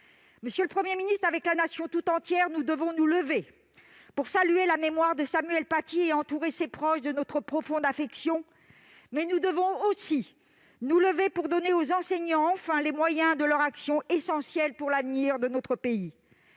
Monsieur le Premier ministre, avec la Nation tout entière, nous devons nous lever pour saluer la mémoire de Samuel Paty et entourer ses proches de notre profonde affection, mais nous devons aussi nous lever pour donner enfin aux enseignants les moyens de leur action essentielle pour l'avenir de notre pays.